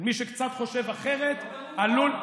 מי שקצת חושב אחרת עלול,